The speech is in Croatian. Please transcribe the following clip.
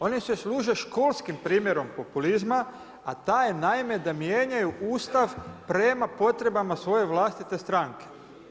Oni se služe školskim primjerom populizma, a ta je naime, da mijenjaju Ustav prema potrebama svoje vlastite stranke.